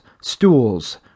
stools